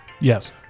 Yes